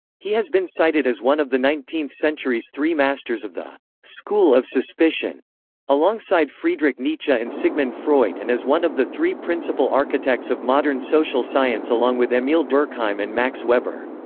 he has been cited as one of the nineteenth century's three masters of the school of suspicion alongside friedrich nietzsche and sigmund freud and as one of the three principal architects of modern social science along with emile durkheim and max weber.